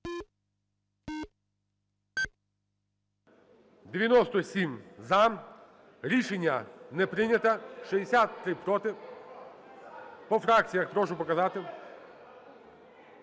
За-97 Рішення не прийнято. 63 – проти. По фракціях прошу показати.